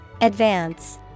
Advance